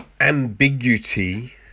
ambiguity